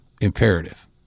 imperative